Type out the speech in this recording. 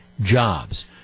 jobs